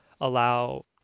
allow